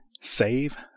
save